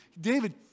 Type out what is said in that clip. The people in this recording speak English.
David